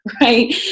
right